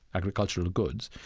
agricultural goods.